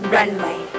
Runway